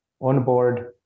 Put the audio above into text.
onboard